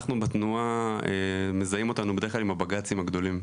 אנחנו בתנועה מזהים אותנו בדרך כלל עם הבג"צים הגדולים.